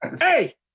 hey